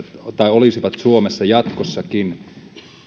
olisivat suomessa jatkossakin